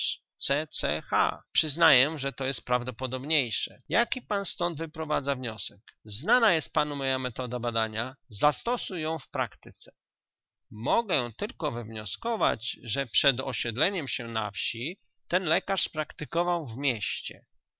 h przyznaję że to jest prawdopodobniejsze jaki pan stąd wyprowadza wniosek znana jest panu moja metoda badania zastosuj ją w praktyce mogę to tylko wywnioskować że przed osiedleniem się na wsi ten lekarz praktykował w mieście